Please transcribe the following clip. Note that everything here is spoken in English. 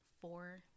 four